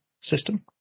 system